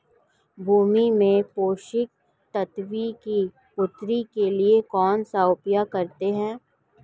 भूमि में पोषक तत्वों की पूर्ति के लिए कौनसा उपाय करते हैं?